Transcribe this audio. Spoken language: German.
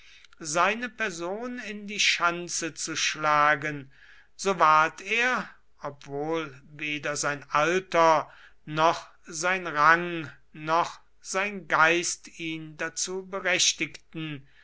seine person in die schanze zu schlagen so ward er obwohl weder sein alter noch sein rang noch sein geist ihn dazu berechtigten